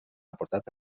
aportat